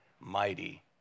mighty